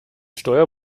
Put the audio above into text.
steuer